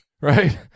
right